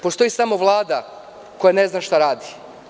Postoji samo Vlada koja ne zna šta radi.